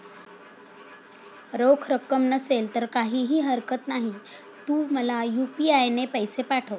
रोख रक्कम नसेल तर काहीही हरकत नाही, तू मला यू.पी.आय ने पैसे पाठव